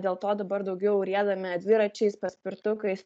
dėl to dabar daugiau riedame dviračiais paspirtukais